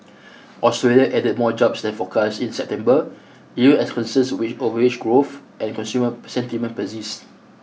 Australia added more jobs than forecast in September even as concerns with a wage growth and consumer sentiment persist